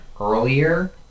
earlier